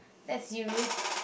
that's you